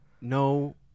No